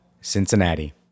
Cincinnati